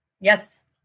Yes